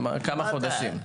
כמה חודשים.